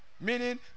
Meaning